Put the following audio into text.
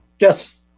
Yes